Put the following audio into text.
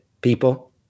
people